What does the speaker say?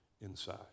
inside